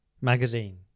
Magazine